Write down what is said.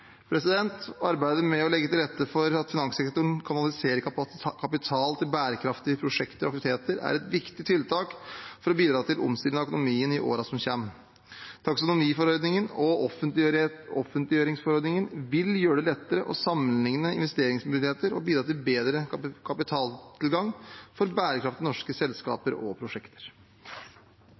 Arbeidet med å legge til rette for at finanssektoren kanaliserer kapital til bærekraftige prosjekter og aktiviteter, er et viktig tiltak for å bidra til omstilling av økonomien i årene som kommer. Taksonomiforordningen og offentliggjøringsforordningen vil gjøre det lettere å sammenligne investeringsmuligheter og bidra til bedre kapitaltilgang for bærekraftige norske selskaper og prosjekter.